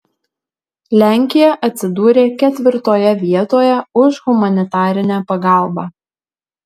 lenkija atsidūrė ketvirtoje vietoje už humanitarinę pagalbą